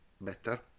better